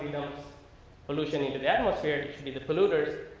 knows pollution into the atmosphere, it can be the polluters,